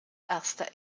erster